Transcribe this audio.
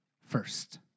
first